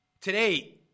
Today